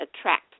attract